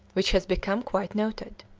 which has become quite noted.